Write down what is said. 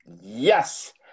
Yes